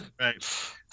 Right